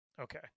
Okay